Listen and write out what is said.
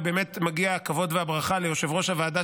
ובאמת מגיע הכבוד והברכה ליושב-ראש הוועדה,